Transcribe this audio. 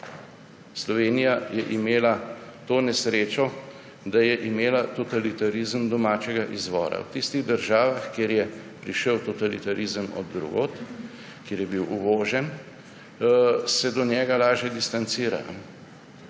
Slovenija je imela to nesrečo, da je imela totalitarizem domačega izvora. V tistih državah, kjer je prišel totalitarizem od drugod, kjer je bil uvožen, se od njega lažje distancirajo.